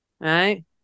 right